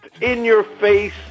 in-your-face